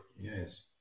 yes